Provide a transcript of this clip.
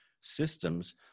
systems